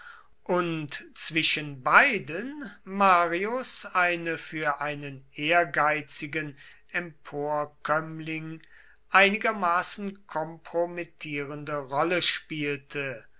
und zwischen beiden marius eine für einen ehrgeizigen emporkömmling einigermaßen kompromittierende rolle spielte